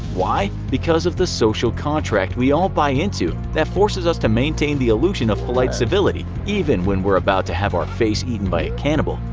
why? because of the social contract we all buy into that forces us to maintain the illusion of polite civility, even when we're about to have our face eaten a cannibal.